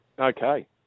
Okay